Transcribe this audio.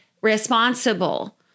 responsible